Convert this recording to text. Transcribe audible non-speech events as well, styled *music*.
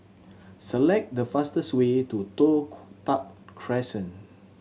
select the fastest way to Toh *unintelligible* Tuck Crescent